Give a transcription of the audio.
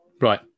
Right